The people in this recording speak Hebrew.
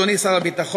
אדוני שר הביטחון,